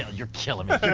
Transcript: you're killing me.